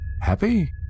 Happy